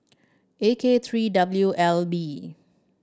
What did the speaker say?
A K three W L B